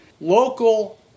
local